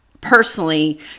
personally